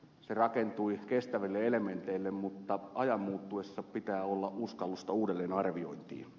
se rakentui kestäville elementeille mutta ajan muuttuessa pitää olla uskallusta uudelleenarviointiin